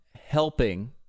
helping